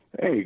Hey